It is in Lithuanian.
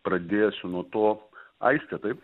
pradėsiu nuo to aistė taip